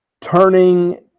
turning